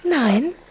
Nein